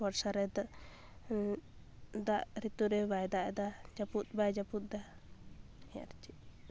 ᱵᱚᱨᱥᱟᱨᱮ ᱫᱟᱜ ᱨᱤᱛᱩᱨᱮ ᱵᱟᱭ ᱫᱟᱜ ᱮᱫᱟ ᱡᱟᱹᱯᱩᱛ ᱵᱟᱭ ᱡᱟᱹᱯᱩᱛ ᱮᱫᱟ ᱛᱚᱵᱮ ᱟᱨ ᱪᱮᱫ